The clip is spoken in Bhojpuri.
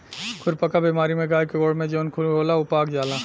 खुरपका बेमारी में गाय के गोड़ में जवन खुर होला उ पाक जाला